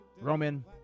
Roman